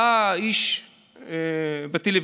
אתה איש טלוויזיה,